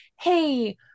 Hey